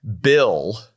bill